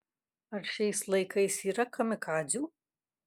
ar šiais laikais yra kamikadzių